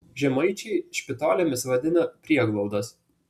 žemaičiai špitolėmis vadina prieglaudas